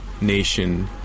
nation